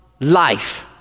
life